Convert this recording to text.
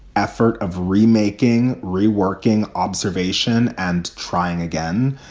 effort of remaking, reworking observation and trying again.